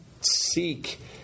seek